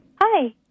Hi